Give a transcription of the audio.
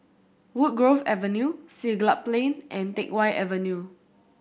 Woodgrove Avenue Siglap Plain and Teck Whye Avenue